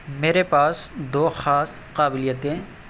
میرے پاس دو خاص قابلیتیں